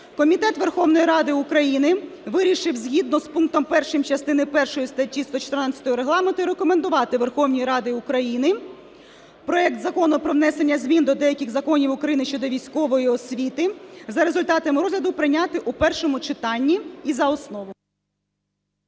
Комітет Верховної Ради України вирішив згідно з пунктом 1 частини першої статті 114 Регламенту рекомендувати Верховній Раді України проект Закону про внесення змін до деяких законів України щодо військової освіти за результатами розгляду прийняти у першому читанні і за основу.